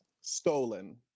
Stolen